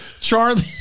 charlie